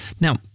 Now